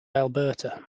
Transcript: alberta